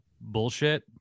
bullshit